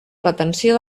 retenció